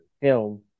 film